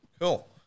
Cool